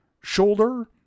shoulder